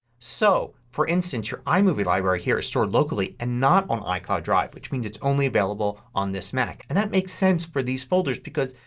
so, for instance, your imovie library here is stored locally and not on icloud drive which means it is only available on your mac. and that makes sense for these folders because